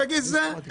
שיגיד אלה הכנסותיי.